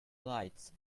lights